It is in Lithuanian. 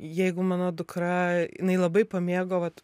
jeigu mano dukra jinai labai pamėgo vat